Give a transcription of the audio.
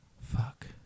Fuck